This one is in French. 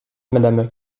madame